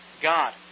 God